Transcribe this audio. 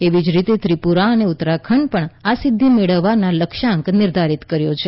એવી જ રીતે ત્રિપુરા અને ઉત્તરાખંડે પણ આ સિધ્યિ મેળવવાનો લક્ષ્યાંક નિર્ધારિત કર્યો છે